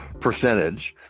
percentage